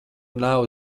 nav